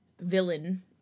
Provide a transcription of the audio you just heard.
villain